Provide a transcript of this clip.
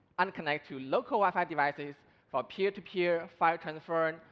and connect to local wi-fi devices for peer-to-peer file transfer,